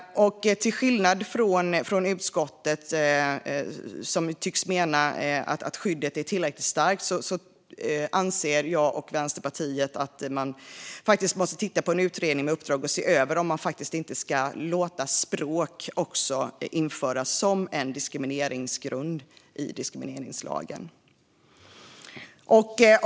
Till skillnad från utskottet, som tycks mena att skyddet är tillräckligt starkt, anser jag och Vänsterpartiet att man bör tillsätta en utredning med uppdrag att se över om man ändå inte ska låta också språk införas i diskrimineringslagen som diskrimineringsgrund.